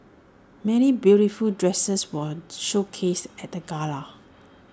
many beautiful dresses were showcased at the gala